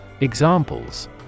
Examples